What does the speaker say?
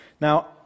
now